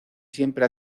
siempre